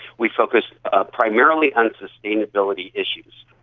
we focused ah primarily on sustainability issues.